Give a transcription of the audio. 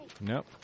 Nope